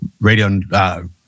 Radio